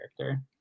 character